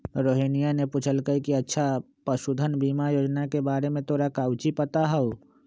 रोहिनीया ने पूछल कई कि अच्छा पशुधन बीमा योजना के बारे में तोरा काउची पता हाउ?